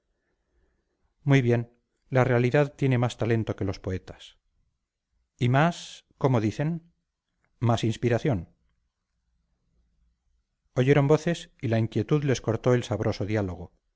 muy bien la realidad tiene más talento que los poetas y más cómo dicen más inspiración oyeron voces y la inquietud les cortó el sabroso diálogo